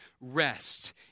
rest